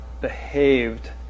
behaved